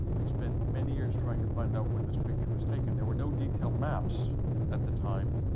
i spent many years trying to find out when this picture was taken. there were no detailed maps at the time.